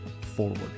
forward